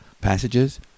passages